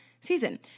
season